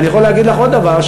ואני יכול להגיד לך עוד דבר,